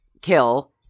kill